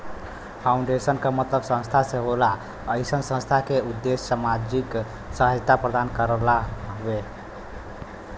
foundation क मतलब संस्था से होला अइसन संस्था क उद्देश्य सामाजिक सहायता प्रदान करना हउवे